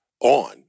on